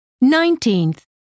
Nineteenth